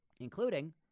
Including